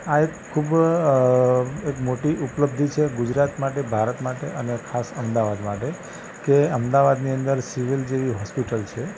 આ એક ખૂબ અ એક મોટી ઉપલબ્ધિ છે ગુજરાત માટે ભારત માટે અને ખાસ અમદાવાદ માટે કે અમદાવાદની અંદર સિવિલ જેવી હૉસ્પિટલ છે